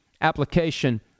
application